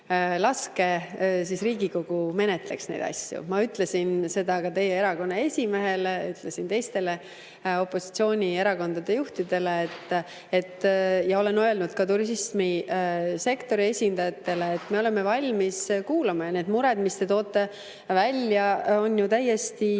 laske Riigikogul menetleda neid asju. Ma ütlesin seda ka teie erakonna esimehele, ütlesin teistele opositsioonierakondade juhtidele ja olen öelnud ka turismisektori esindajatele, et me oleme valmis kuulama. Neid muresid, mis te välja toote,